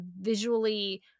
visually